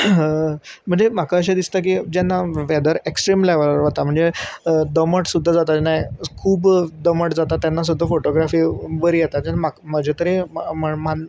म्हणजे म्हाका अशें दिसता की जेन्ना वेदर एक्स्ट्रीम लेवला वता म्हणजे दमट सुद्दा जाता तेन्ना खूब दमट जाता तेन्ना सुद्दां फोटोग्राफी बरी येता जेन्ना म्हाक म्हजे तरेन